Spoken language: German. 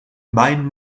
mein